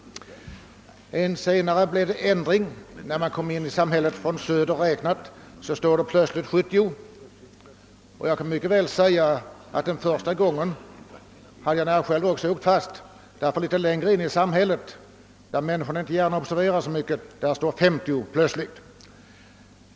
Sedan blev det en ändring. När man kommer in i samhället från söder står det plötsligt 70. Jag kan mycket väl tillstå att första gången hade jag själv nästan åkt fast, ty litet längre in i samhället, där människor inte så lätt kan observera alla skyltar, står det oväntat 50.